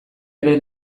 ere